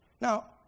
Now